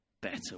better